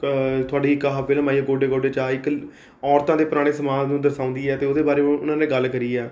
ਕ ਤੁਹਾਡੀ ਇੱਕ ਆਹ ਫਿਲਮ ਆਈ ਹੈ ਗੋਡੇ ਗੋਡੇ ਚਾਅ ਇੱਕ ਔਰਤਾਂ ਅਤੇ ਪੁਰਾਣੇ ਸਮਾਜ ਨੂੰ ਦਰਸਾਉਂਦੀ ਹੈ ਅਤੇ ਉਹਦੇ ਬਾਰੇ ਉਨ੍ਹਾਂ ਨੇ ਗੱਲ ਕਰੀ ਹੈ